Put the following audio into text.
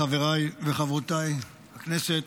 ושלום לחבריי ולחברותיי חברי הכנסת.